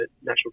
national